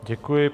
Děkuji.